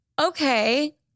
okay